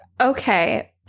Okay